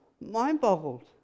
mind-boggled